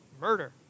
murder